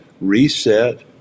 reset